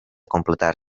completar